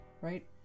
right